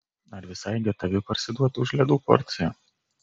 ar visai gatavi parsiduot už ledų porciją